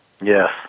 Yes